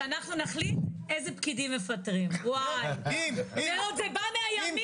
שאנחנו נחליט איזה פקידים מפטרים ועוד זה בא מהימין.